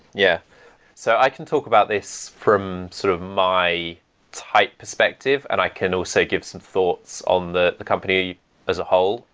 yeah so i can talk about this from sort of my tight perspective and i can also give some thoughts on the the company as a whole.